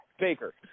Baker